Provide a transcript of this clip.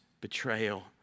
betrayal